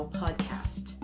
podcast